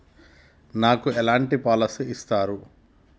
నాకు ఎలాంటి పాలసీ ఇస్తారు?